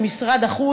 אני שמחה שהקשבתם גם.